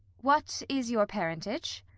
what is your parentage?